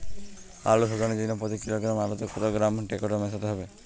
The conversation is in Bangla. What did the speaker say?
আলু শোধনের জন্য প্রতি কিলোগ্রাম আলুতে কত গ্রাম টেকটো মেশাতে হবে?